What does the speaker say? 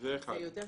אין דיון.